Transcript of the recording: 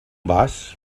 vas